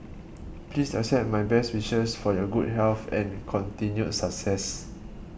please accept my best wishes for your good health and continued success